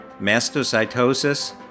mastocytosis